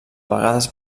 vegades